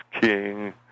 King